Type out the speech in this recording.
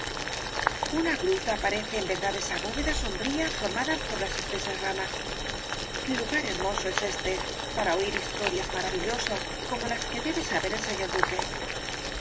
una gruta parece en verdad esa bóveda sombría formada por las espesas ramas lugar hermoso es éste para oir historias maravillosas como las que debe saber el señor duque